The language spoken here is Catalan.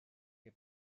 que